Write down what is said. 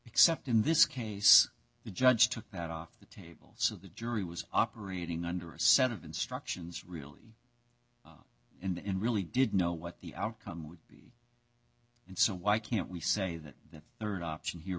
except in this case the judge took that off the tables of the jury was operating under a set of instructions really in the end really did know what the outcome would be and so why can't we say that that rd option here